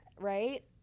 right